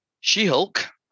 She-Hulk